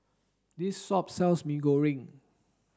this shop sells Mee Goreng